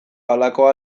halakoa